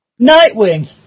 Nightwing